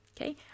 okay